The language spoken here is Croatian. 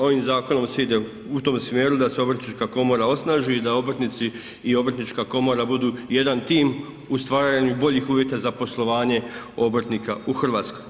Ovim zakonom se ide u tom smjeru da se Obrtnička komora osnaži i da obrtnici i obrtnička komora budu jedan tim u stvaranju boljih uvjeta za poslovanje obrtnika u Hrvatskoj.